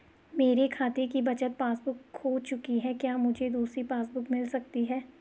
मेरे खाते की बचत पासबुक बुक खो चुकी है क्या मुझे दूसरी पासबुक बुक मिल सकती है?